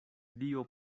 dio